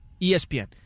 ESPN